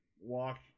walk